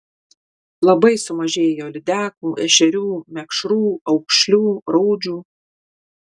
labai sumažėjo lydekų ešerių mekšrų aukšlių raudžių